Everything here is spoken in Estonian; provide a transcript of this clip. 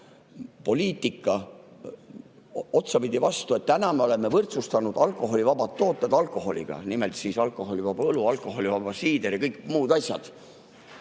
poliitika otsapidi vastu. Täna me oleme võrdsustanud alkoholivabad tooted alkoholiga – alkoholivaba õlu, alkoholivaba siider ja kõik muud asjad.